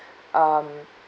um